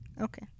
Okay